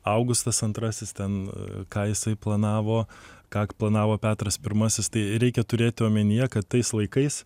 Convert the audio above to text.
augustas antrasis ten ką jisai planavo ką planavo petras pirmasis tai reikia turėti omenyje kad tais laikais